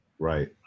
Right